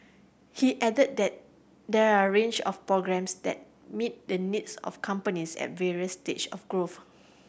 he added that there are range of programmes that meet the needs of companies at various stage of growth